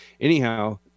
Anyhow